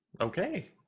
okay